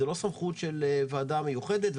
זה לא בסמכות של ועדה מיוחדת,